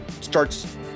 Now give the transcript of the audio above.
starts